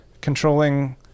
controlling